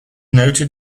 noted